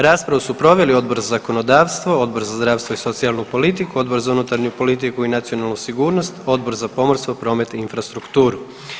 Raspravu su proveli Odbor za zakonodavstvo, Odbor za zdravstvo i socijalnu politiku, Odbor za unutarnju politiku i nacionalnu sigurnost, Odbor za pomorstvo, promet i infrastrukturu.